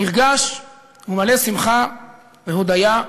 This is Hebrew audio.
נרגש ומלא שמחה והודיה לה'.